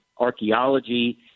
Archaeology